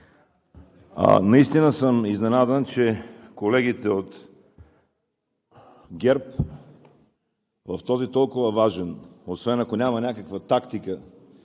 Наистина съм изненадан, че колегите от ГЕРБ в този толкова важен момент, освен ако няма някаква тактика,